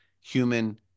human